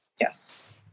Yes